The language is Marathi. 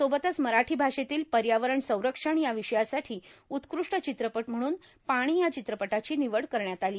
सोबतच मराठी भाषेतील पर्यावरण संरक्षण या विषयासाठी उत्कृष्ट चित्रपट म्हणून पाणी या चित्रपटाची निवड करण्यात आली